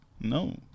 No